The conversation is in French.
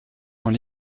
sans